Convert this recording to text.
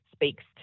speaks